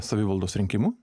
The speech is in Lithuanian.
savivaldos rinkimų